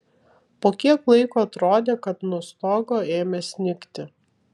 po kiek laiko atrodė kad nuo stogo ėmė snigti